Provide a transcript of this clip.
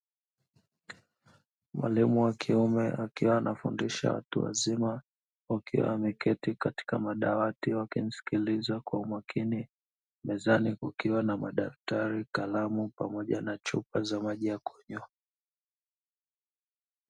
Mwalimu wa kiume akiwa anafundisha watu wazima, wakiwa wameketi katika madawati, wakimsikiliza kwa makini. Mezani kukiwa na madaftari, kalamu pamoja na chupa za maji ya kunywa.